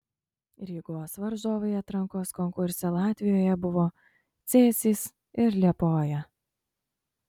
rygos varžovai atrankos konkurse latvijoje buvo cėsys ir liepoja